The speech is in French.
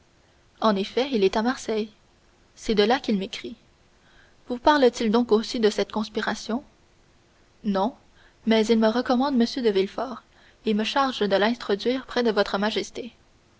en effet il est à marseille c'est de là qu'il m'écrit vous parle-t-il donc aussi de cette conspiration non mais il me recommande m de villefort et me charge de l'introduire près de votre majesté